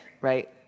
right